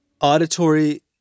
Auditory